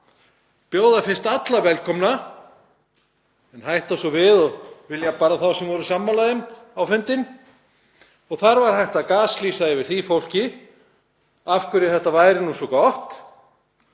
bjóða fyrst alla velkomna en hætta svo við og vilja bara þá sem voru sammála þeim á fundinn. Þar var hægt að gaslýsa yfir því fólki af hverju þetta væri nú svo gott.